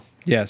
Yes